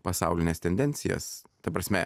pasaulines tendencijas ta prasme